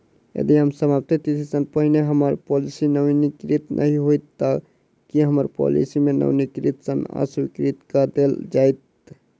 यदि समाप्ति तिथि सँ पहिने हम्मर पॉलिसी नवीनीकृत नहि होइत तऽ की हम्मर पॉलिसी केँ नवीनीकृत सँ अस्वीकृत कऽ देल जाइत?